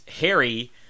Harry